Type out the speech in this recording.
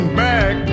back